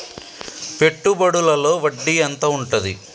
పెట్టుబడుల లో వడ్డీ ఎంత ఉంటది?